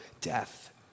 death